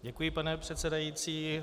Děkuji, pane předsedající.